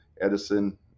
Edison